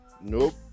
Nope